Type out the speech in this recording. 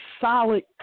solid